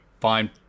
fine